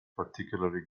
particularly